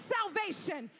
salvation